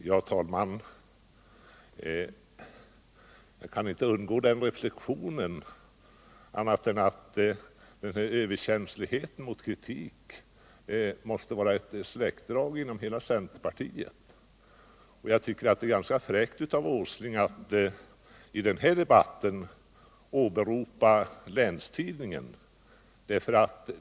Herr talman! Jag kan inte undgå att göra den reflexionen att överkänsligheten mot kritik måste vara ett släktdrag inom hela centerpartiet. Och jag tycker det är ganska fräckt av herr Åsling att i denna debatt åberopa Länstidningen.